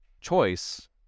choice